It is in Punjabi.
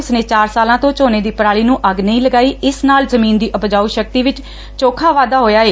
ਉਸ ਨੇ ਚਾਰ ਸਾਲਾਂ ਤੋਂ ਝੋਨੇ ਦੀ ਪਰਾਲੀ ਨੰ ਅੱਗ ਨਹੀਂ ਲਗਾਈ ਇਸ ਨਾਲ ਜਮੀਨ ਦੀ ਉਪਜਾਉ ਸ਼ਕਤੀ ਵਿਚ ਚੌਖਾ ਵਾਧਾ ਹੋਇਆ ਏ